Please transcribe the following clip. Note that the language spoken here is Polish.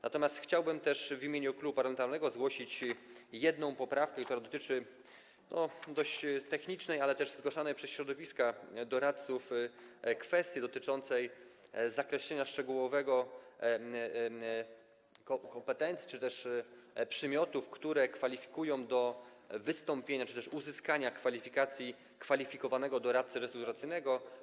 Natomiast chciałbym też w imieniu klubu parlamentarnego zgłosić jedną poprawkę, która dotyczy technicznej, ale też zgłaszanej przez środowiska doradców kwestii dotyczącej zakreślenia szczegółowego kompetencji czy też przymiotów, które kwalifikują do wystąpienia czy też uzyskania kwalifikacji kwalifikowanego doradcy restrukturyzacyjnego.